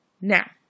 Now